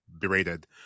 berated